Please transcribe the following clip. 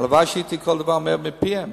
קודם כול, תבדוק בסטנוגרמה מה שאמרת.